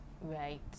right